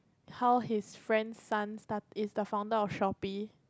how his friend's son start~ is the founder of Shopee